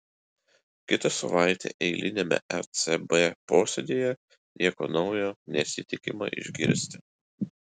kitą savaitę eiliniame ecb posėdyje nieko naujo nesitikima išgirsti